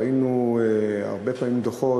ראינו הרבה פעמים דוחות,